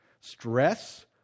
Stress